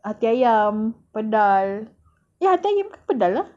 hati ayam pedal eh hati ayam ke pedal eh